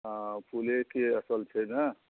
हँ फूलेके असल छै ने